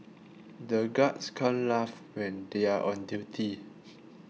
the guards can't laugh when they are on duty